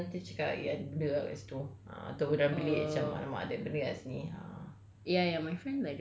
lepak kat luar pun nanti dia cakap eh ada benda ah kat situ ah atau dalam bilik macam !alamak! ada benda kat sini ah